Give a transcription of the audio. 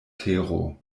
tero